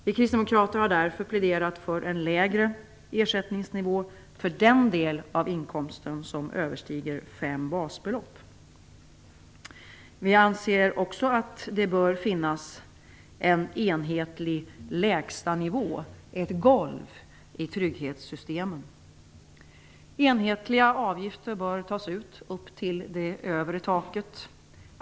Vi kristdemokrater har därför pläderat för en lägre ersättningsnivå för den del av inkomsten som överstiger fem basbelopp. Vi anser också att det bör finnas en enhetlig lägsta nivå, ett golv, i trygghetssystemen. Enhetliga avgifter bör tas ut upp till det övre taket.